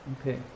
Okay